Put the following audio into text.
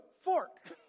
fork